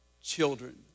Children